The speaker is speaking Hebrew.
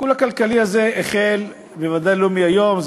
השיקול הכלכלי הזה חל בוודאי לא מהיום,